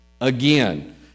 again